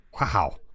Wow